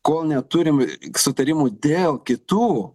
kol neturim sutarimų dėl kitų